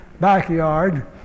backyard